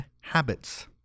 habits